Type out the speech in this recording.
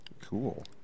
Cool